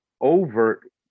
overt